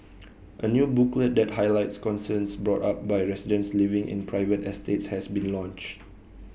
A new booklet that highlights concerns brought up by residents living in private estates has been launched